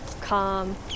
calm